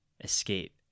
escape